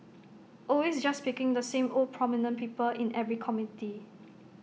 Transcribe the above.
always just picking the same old prominent people in every committee